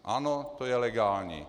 Ano, to je legální.